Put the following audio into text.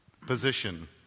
Position